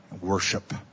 worship